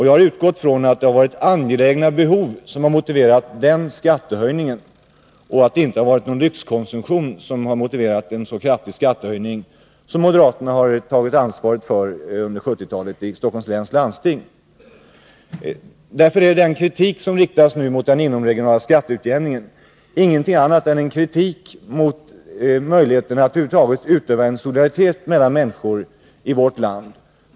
Jag har utgått från att det har varit angelägna behov och inte en lyxkonsumtion som har motiverat en så kraftig skattehöjning som den moderaterna har tagit ansvaret för under 1970-talet i Stockholms läns landsting. Den kritik som nu riktas mot den inomregionala skatteutjämningen är därför ingenting annat än en kritik av solidariteten mellan människor i vårt land.